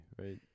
right